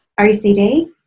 OCD